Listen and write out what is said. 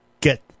get